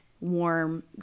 warm